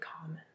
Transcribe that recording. common